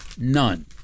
none